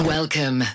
Welcome